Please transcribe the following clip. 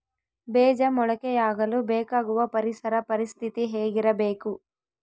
ಬೇಜ ಮೊಳಕೆಯಾಗಲು ಬೇಕಾಗುವ ಪರಿಸರ ಪರಿಸ್ಥಿತಿ ಹೇಗಿರಬೇಕು?